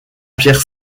pierre